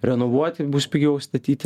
renovuoti bus pigiau statyti